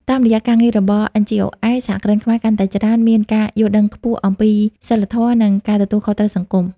តាមរយៈការងាររបស់ NGOs សហគ្រិនខ្មែរកាន់តែច្រើនមានការយល់ដឹងខ្ពស់អំពី "សីលធម៌ និងការទទួលខុសត្រូវសង្គម"។